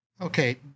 Okay